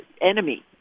enemy